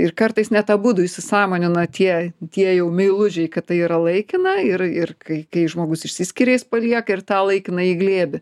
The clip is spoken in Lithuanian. ir kartais net abudu įsisąmonina tie tie jau meilužiai kad tai yra laikina ir ir kai kai žmogus išsiskiria jis palieka ir tą laikinąjį glėbį